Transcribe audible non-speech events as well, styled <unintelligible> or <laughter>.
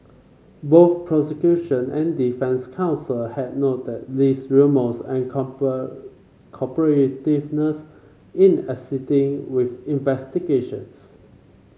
both prosecution and defence counsel had noted Lee's remorse and <unintelligible> cooperativeness in assisting with investigations